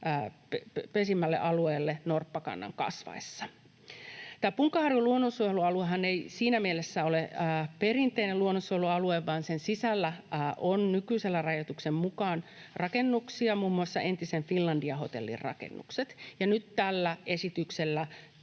pesinnälle alueella norppakannan kasvaessa. Tämä Punkaharjun luonnonsuojelualuehan ei siinä mielessä ole perinteinen luonnonsuojelualue, että sen sisällä nykyisen rajoituksen mukaan on rakennuksia, muun muassa entisen Finlandia-hotellin rakennukset. Nyt tällä esityksellä